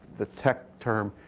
the tech term,